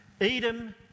Edom